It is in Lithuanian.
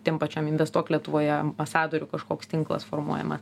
tiem pačiam investuok lietuvoje ambasadorių kažkoks tinklas formuojama